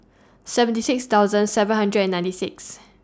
seventy six thousand seven hundred and ninety six